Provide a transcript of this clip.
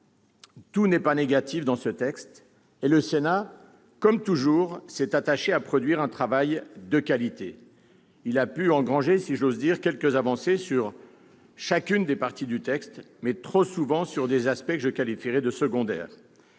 Tout n'est pas négatif dans ce texte. Le Sénat, comme toujours, s'est attaché à produire un travail de qualité. Il a pu « engranger », si j'ose dire, quelques avancées sur chacune des parties du projet de loi, mais trop souvent sur des aspects que je qualifierai de « secondaires